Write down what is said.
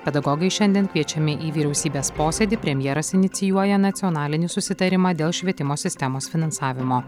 pedagogai šiandien kviečiami į vyriausybės posėdį premjeras inicijuoja nacionalinį susitarimą dėl švietimo sistemos finansavimo